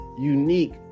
unique